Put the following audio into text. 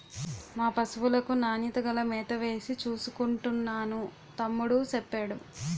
మా పశువులకు నాణ్యత గల మేతవేసి చూసుకుంటున్నాను తమ్ముడూ సెప్పేడు